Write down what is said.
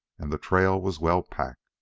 and the trail was well packed.